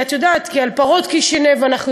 את יודעת, על פרעות קישינב אנחנו יודעים,